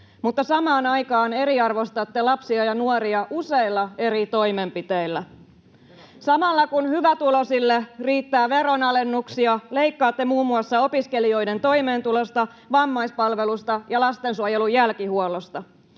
mutta samaan aikaan eriarvoistatte lapsia ja nuoria useilla eri toimenpiteillä. Samalla, kun hyvätuloisille riittää veronalennuksia, leikkaatte muun muassa opiskelijoiden toimeentulosta, vammaispalvelusta ja lastensuojelun jälkihuollosta.